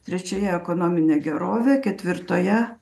trečioje ekonominė gerovė ketvirtoje